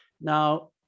Now